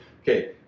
okay